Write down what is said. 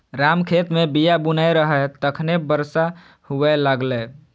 राम खेत मे बीया बुनै रहै, तखने बरसा हुअय लागलै